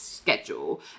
schedule